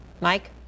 Mike